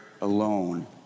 alone